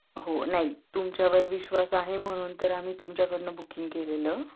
हो नाही तुमच्यावर विश्वास आहे म्हणून तर आम्ही तुमच्याकडनं बुकिंग केलेलं